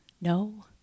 No